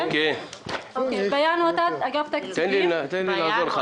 העודפים המחויבים הם בעבור פרויקט של הנגשת הקלפיות שוועדת